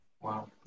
Wow